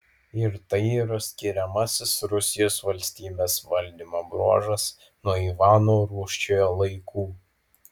ir tai yra skiriamasis rusijos valstybės valdymo bruožas nuo ivano rūsčiojo laikų